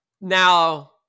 Now